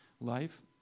life